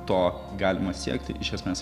to galima siekti iš esmės